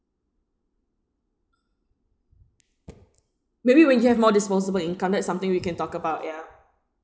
maybe when you have more disposable income that's something we can talk about ya